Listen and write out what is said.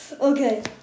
Okay